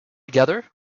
together